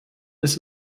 ist